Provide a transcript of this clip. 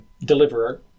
deliverer